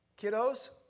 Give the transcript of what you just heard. Kiddos